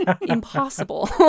impossible